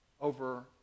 over